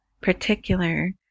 particular